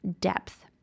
depth